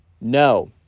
no